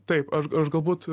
taip aš aš galbūt